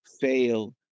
fail